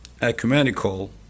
ecumenical